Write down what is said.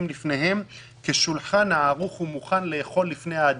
בפניהם כשולחן הערוך ומוכן לאכול לפני האדם".